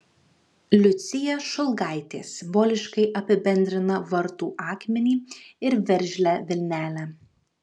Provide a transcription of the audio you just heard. liucija šulgaitė simboliškai apibendrina vartų akmenį ir veržlią vilnelę